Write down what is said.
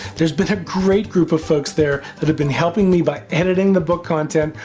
there has been a great group of folks there that have been helping me by editing the book content,